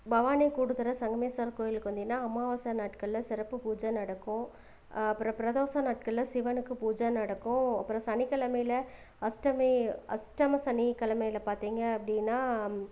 பவானி கூட்டுத்துறை சங்கமேஸ்வரர் கோயிலுக்கு வந்திங்கன்னால் அமாவாசை நாட்களில் சிறப்பு பூஜை நடக்கும் அப்புறம் பிரதோஷ நாட்களில் சிவனுக்கு பூஜை நடக்கும் அப்புறம் சனிக் கெழமையில அஷ்டமி அஷ்டம சனிக் கெழமையில பார்த்தீங்க அப்படின்னா